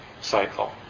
cycle